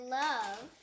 love